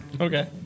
Okay